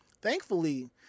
Thankfully